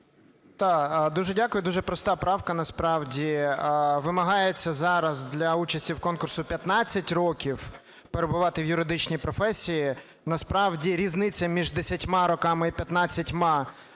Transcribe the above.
Так, дуже дякую, дуже проста правка насправді. Вимагається зараз для участі в конкурсі 15 років перебувати в юридичній професії. Насправді різниця між 10 роками і 15-ма